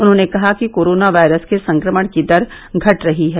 उन्होंने कहा कि कोरोना वायरस के संक्रमण की दर घट रही है